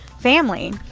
family